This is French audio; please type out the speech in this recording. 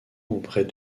auprès